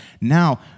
now